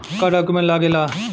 का डॉक्यूमेंट लागेला?